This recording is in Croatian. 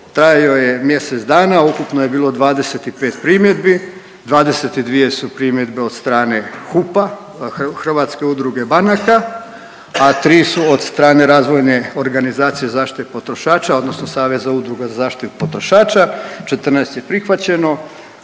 trajao je mjesec dana, ukupno je bilo 25 primjedbi, 22 su primjedbe od strane HUP-a Hrvatske udruge banaka, a tri su od strane Razvojne organizacije zaštite potrošača odnosno Saveza udruga za zaštitu potrošača, 14 je prihvaćeno.